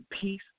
peace